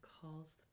calls